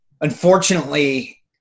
unfortunately